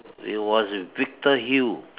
it was at Victor Hill